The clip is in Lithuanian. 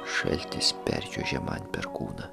šaltis perčiuožė man per kūną